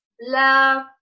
love